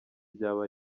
byaba